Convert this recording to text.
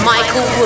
Michael